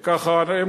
גם להם,